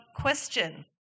question